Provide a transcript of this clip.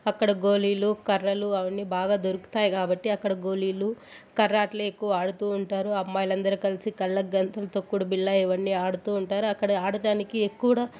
అక్కడ గోళీలు కర్రలు అవన్నీ బాగా దొరుకుతాయి కాబట్టి అక్కడ గోలీలు కర్ర ఆటలు ఎక్కువ ఆడుతు ఉంటారు అమ్మాయిలు అందరు కలిసి కళ్ళగంతలతో తొక్కుడు బిళ్ళా ఇవన్నీ ఆడుతూ ఉంటారు అక్కడ ఆడడానికి కూడా